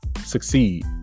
succeed